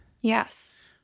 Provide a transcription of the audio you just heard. Yes